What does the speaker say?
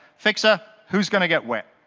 fixer, who's going to get wet?